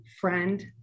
friend